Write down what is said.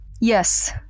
Yes